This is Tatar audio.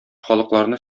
халыкларны